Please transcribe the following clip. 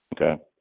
Okay